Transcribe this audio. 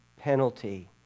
penalty